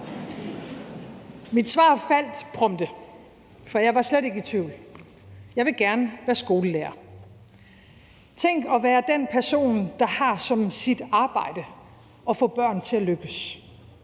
Mit svar faldt prompte, for jeg var slet ikke i tvivl: Jeg vil gerne være skolelærer. Tænk at være den person, der har som sit arbejde at få børn til at lykkes.